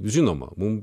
žinoma mums